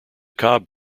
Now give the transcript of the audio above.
cobb